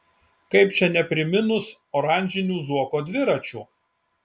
kaip čia nepriminus oranžinių zuoko dviračių